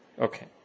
Okay